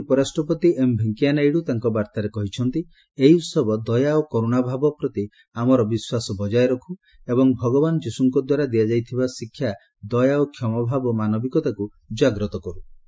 ସେହିପରି ଉପରାଷ୍ଟ୍ରପତି ଏମ୍ ଭେଙ୍କିୟା ନାଇଡୁ ତାଙ୍କ ବାର୍ତ୍ତାରେ କହିଛନ୍ତି ଏହି ଉତ୍ସବ ଦୟା ଓ କର୍ରଣା ଭାବ ପ୍ରତି ଆମର ବିଶ୍ୱାସ ବଜାୟ ରଖୁ ଏବଂ ଭଗବାନ୍ ଯିଶୁଙ୍କଦ୍ୱାରା ଦିଆଯାଇଥିବା ଶିକ୍ଷା ଦୟା ଓ କ୍ଷମା ଭାବ ମାନବିକତାକ୍ ଜାଗ୍ରତ କର୍ତ୍ତ